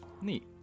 Neat